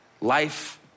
life